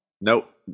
Nope